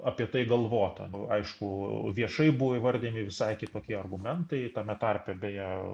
apie tai galvota aišku viešai buvo įvardijami visai kitokie argumentai tame tarpe beje